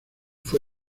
fue